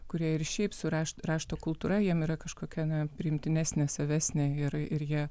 kurie ir šiaip surašt rašto kultūra jiem yra kažkokia na priimtinesnė savesne gerai ir jie